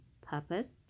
purpose